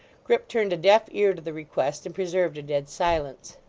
grip turned a deaf ear to the request, and preserved a dead silence.